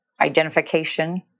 identification